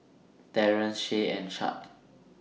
Terance Shay and Chadd